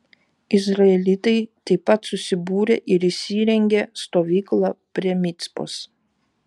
izraelitai taip pat susibūrė ir įsirengė stovyklą prie micpos